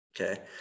Okay